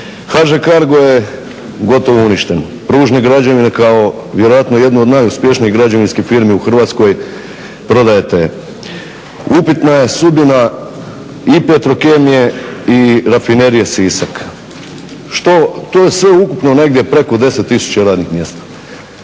HŽ CARGO je gotovo uništen, ružne građevine kao vjerojatno jedno od najuspješnijih građevinskih firmi u Hrvatskoj prodajete. Upitna je sudbina i Petrokemije i Rafinerije Sisak, to je sve ukupno negdje preko 10 tisuća radnih mjesta.